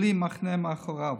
בלי מחנה מאחוריה.